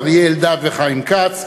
אריה אלדד וחיים כץ,